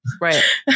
Right